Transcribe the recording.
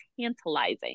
tantalizing